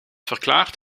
verklaart